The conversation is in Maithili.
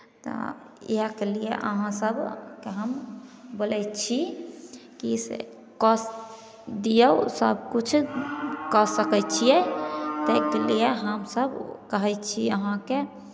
तऽ इएहके लिए अहाँ सभकेँ हम बोलै छी कि से कऽ दियौ सभकिछु कऽ सकै छियै ताहिके लिए हमसभ कहै छी अहाँकेँ